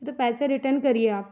नहीं तो पैसे रिटन करिए आप